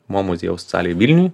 mo muziejaus salėj vilniuj